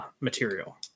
material